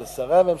של שרי הממשלה,